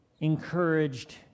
encouraged